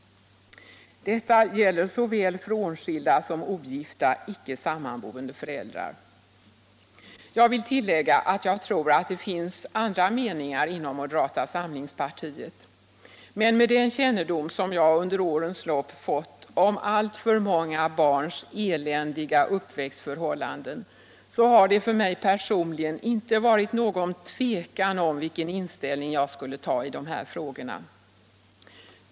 Detta gäller såväl frånskilda som ogifta icke sammanboende föräldrar. Jag vill tillägga att jag tror att det finns andra meningar inom moderata samlingspartiet. Men med den kännedom som jag under årens lopp fått om alltför många barns eländiga uppväxtförhållanden har det för mig personligen inte varit någon tvekan om vilken ståndpunkt jag skulle inta i dessa frågor.